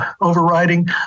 overriding